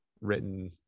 written